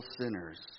sinners